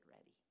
ready